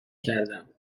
کردم